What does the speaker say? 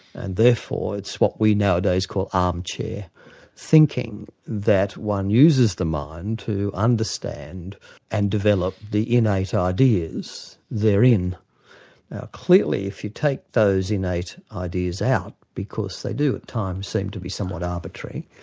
and therefore it's what we nowadays call armchair thinking that one uses the mind to understand and develop the innate ah ideas therein. now clearly if you take those innate ideas out, because they do at times seem to be somewhat arbitrary,